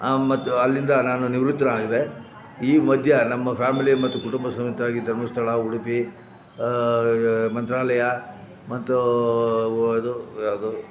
ಮತ್ತು ಅಲ್ಲಿಂದ ನಾನು ನಿವೃತ್ತನಾದೆ ಈ ಮಧ್ಯ ನಮ್ಮ ಫ್ಯಾಮಿಲಿ ಮತ್ತು ಕುಟುಂಬ ಸಮೇತರಾಗಿ ಧರ್ಮಸ್ಥಳ ಉಡುಪಿ ಮಂತ್ರಾಲಯ ಮತ್ತು ಇದು ಯಾವುದು